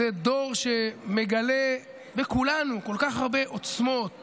זה דור שמגלה בכולנו כל כך הרבה עוצמות